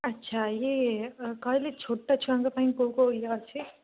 ଆଛା ଇଏ କହିଲେ ଛୋଟ ଛୁଆଙ୍କ ପାଇଁ କେଉଁ କେଉଁ ଇଏ ଅଛି